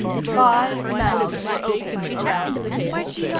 five mouths were open around the table.